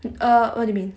uh what do you mean